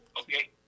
Okay